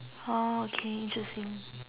okay interesting